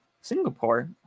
Singapore